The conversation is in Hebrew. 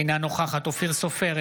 אינה נוכחת אופיר סופר,